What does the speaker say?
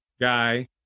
guy